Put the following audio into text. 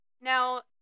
Now